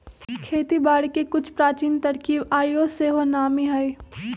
खेती बारिके के कुछ प्राचीन तरकिब आइयो सेहो नामी हइ